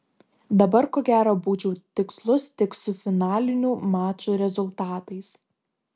dabar ko gero būčiau tikslus tik su finalinių mačų rezultatais